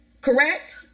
correct